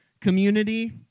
Community